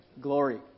glory